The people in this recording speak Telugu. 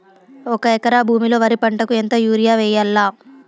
ఒక ఎకరా భూమిలో వరి పంటకు ఎంత యూరియ వేయల్లా?